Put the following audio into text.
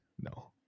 no